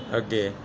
ਅੱਗੇ